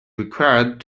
required